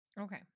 Okay